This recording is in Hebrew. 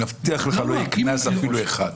מבטיח לך שלא יהיה אפילו קנס אחד.